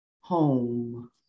home